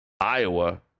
Iowa